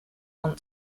want